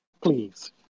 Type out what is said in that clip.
Please